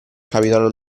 capitano